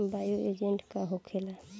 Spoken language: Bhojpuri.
बायो एजेंट का होखेला?